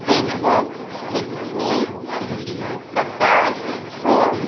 Bangkok Sydney Qatar Seoul